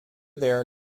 there